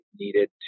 needed